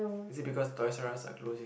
is it because Toys-R-Us are closing